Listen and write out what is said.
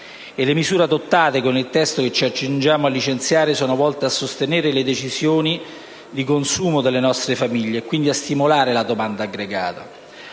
le misure adottate con il testo che ci accingiamo a licenziare sono volte a sostenere le decisioni di consumo delle nostre famiglie e quindi a stimolare la domanda aggregata.